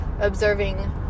observing